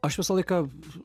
aš visą laiką